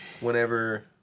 Whenever